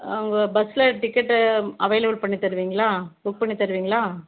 அங்கே பஸ்ஸில் ticket available பண்ணி தருவீங்களா புக் பண்ணி தருவீங்களா